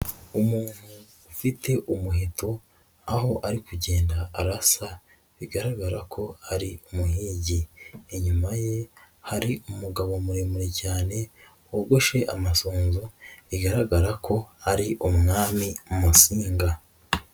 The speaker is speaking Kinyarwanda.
Umuntu ufite umuheto, aho ari kugenda arasa bigaragara ko ari umuhigi, inyuma ye hari umugabo muremure cyane wogoshe amasunzu, bigaragara ko ari umwami Musinga.